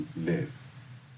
live